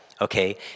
okay